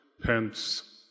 Pence